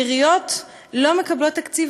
עיריות לא מקבלות תקציב,